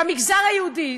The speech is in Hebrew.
במגזר היהודי.